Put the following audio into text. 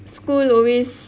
school always